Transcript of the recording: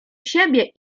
siebie